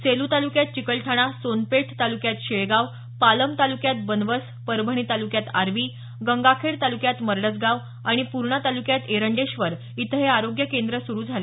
सेलू तालुक्यात चिकलठाणा सोनपेठ तालुक्यात शेळगांव पालम तालुक्यात बनवस परभणी तालुक्यात आर्वी गंगाखेड तालुक्यात मरडसगांव आणि पूर्णा तालुक्यात एरंडेश्वर इथं हे आरोग्य केंद्र सुरु झाले